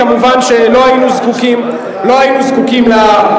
כמובן לא היינו זקוקים להצהרות,